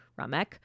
Ramek